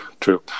True